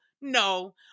no